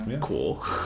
cool